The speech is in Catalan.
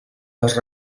les